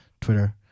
Twitter